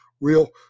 real